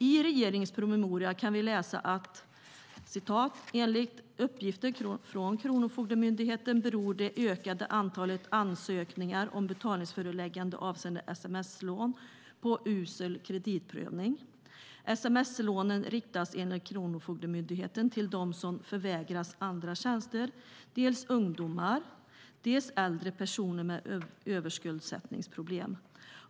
I regeringens promemoria kan vi läsa: "Enligt uppgifter från KFM beror det ökade antalet ansökningar om betalningsföreläggande avseende sms-lån på 'usel kreditprövning'. Sms-lånen riktas enligt KFM till dem som förvägras andra tjänster, dels ungdomar, dels äldre personer med överskuldsättningsproblem.